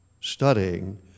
studying